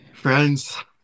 Friends